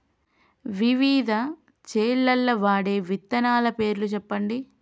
వివిధ చేలల్ల వాడే విత్తనాల పేర్లు చెప్పండి?